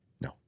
No